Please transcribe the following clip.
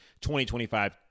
20-25